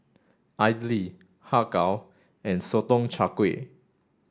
Idly Har Kow and Sotong Char Kway